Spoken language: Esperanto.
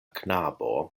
knabo